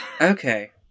Okay